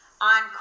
on